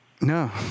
No